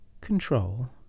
Control